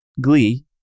Glee